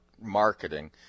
marketing